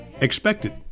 expected